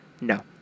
No